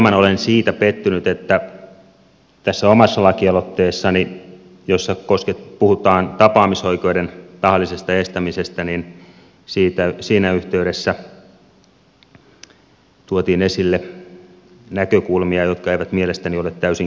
hieman olen pettynyt siihen että tässä omassa lakialoitteessani jossa puhutaan tapaamisoikeuden tahallisesta estämisestä siinä yhteydessä tuotiin esille näkökulmia jotka eivät mielestäni ole täysin kestäviä